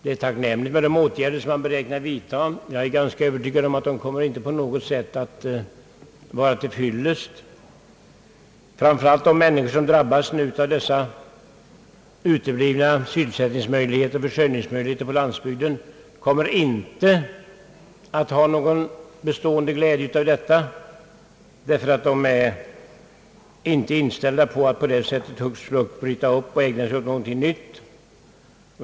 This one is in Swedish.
Det är tacknämligt med de åtgärder som beräknas komma att vidtagas, men jag är övertygad om att de inte kommer att vara till fyllest. Framför allt kommer de människor som drabbas av de uteblivna sysselsättningsmöjligheterna på landsbygden icke att ha någon bestående glädje av åtgärderna. Dessa människor är nämligen inte inställda på att hux flux bryta upp och ägna sig åt något nytt.